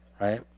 right